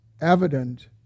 evident